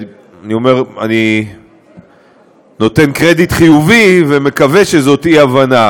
אני נותן קרדיט חיובי ומקווה שזאת אי-הבנה,